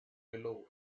below